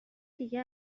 دیگه